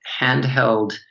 handheld